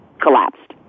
collapsed